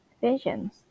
Visions